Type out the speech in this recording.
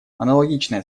аналогичное